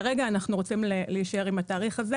כרגע אנחנו רוצים להישאר עם התאריך הזה,